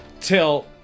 Till